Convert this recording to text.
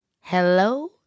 Hello